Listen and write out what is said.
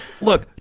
look